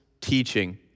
teaching